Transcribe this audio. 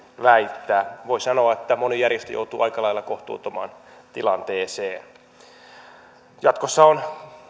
väittää voi sanoa että moni järjestö joutuu aika lailla kohtuuttomaan tilanteeseen jatkossa on